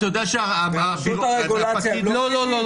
רשות הרגולציה הם לא פקידים?